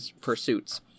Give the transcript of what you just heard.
pursuits